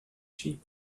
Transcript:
sheep